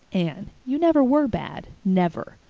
anne, you never were bad. never.